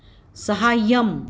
सहाय्यम्